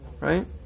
right